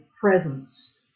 presence